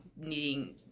needing